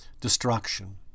destruction